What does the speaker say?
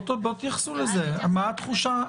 זה מאוד מאוד חשוב לנו להדגיש בהקשר הזה,